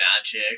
magic